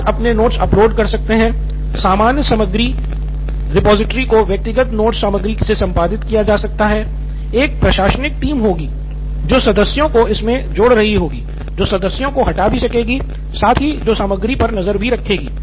छात्र अपने notes upload कर सकते हैं सामान्य रिपॉजिटरी को व्यक्तिगत नोट्स सामग्री से संपादित किया जा सकता है एक प्रशासनिक टीम होगी जो सदस्यों को इसमे जोड़ रही होगी जो सदस्यों को हटा भी सकेगी साथ ही जो सामग्री पर नज़र भी रखेगी